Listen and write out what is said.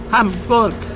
Hamburg